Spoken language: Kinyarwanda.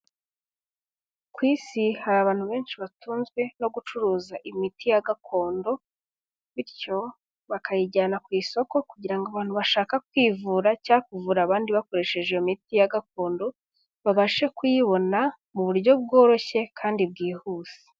Ku isi hari abantu benshi batunzwe no gucuruza imiti ya gakondo. Bityo, bakayijyana ku isoko kugira ngo abantu bashaka kwivura cyangwa kuvura abandi bakoresheje iyo miti ya gakondo, babashe kuyibona mu buryo bworoshye kandi bwihuse.